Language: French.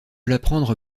l’apprendre